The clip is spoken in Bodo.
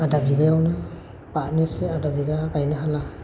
आदाबिगायावनो बारनोसो आदा बिगा गायनो हाब्ला